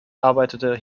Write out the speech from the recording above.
arbeitete